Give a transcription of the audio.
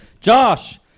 Josh